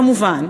כמובן,